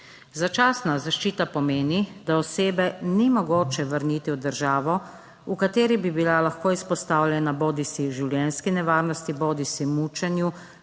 Začasna zaščita pomeni, da osebe ni mogoče vrniti v državo, v kateri bi bila lahko izpostavljena bodisi življenjski nevarnosti. bodisi mučenju